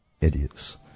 Idiots